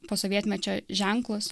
posovietmečio ženklus